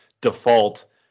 default